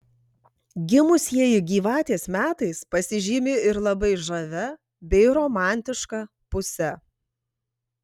gimusieji gyvatės metais pasižymi ir labai žavia bei romantiška puse